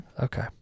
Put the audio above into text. Okay